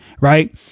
right